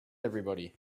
everybody